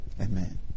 Amen